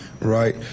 right